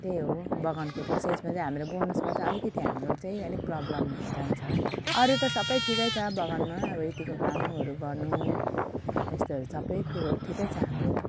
त्यही हो बगानको त्यो चाहिँ यसमा चाहिँ हामीले बोनसमा चाहिँ अलिकति हाम्रो चाहिँ अलिक प्रब्लम जान्छ अरू त सबै ठिकै छ बगानमा अब यत्तिको कामहरू गर्नु यस्तोहरू सबै कुरो ठिकै छ हाम्रो